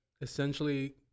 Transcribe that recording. essentially